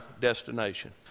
destination